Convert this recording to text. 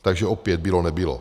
Takže opět bylo nebylo.